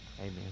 Amen